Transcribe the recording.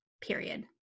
period